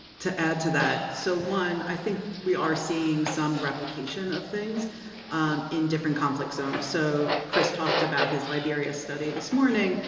to add to that, so one, i think we are seeing some replication of things um in different conflict zones. so chris talked about his liberia study this morning.